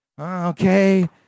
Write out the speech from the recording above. okay